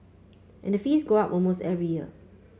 and the fees go up almost every year